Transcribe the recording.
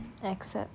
accept